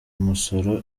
umusoro